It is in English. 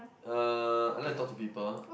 uh I like talk to people